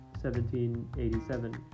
1787